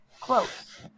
close